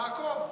תעקוב,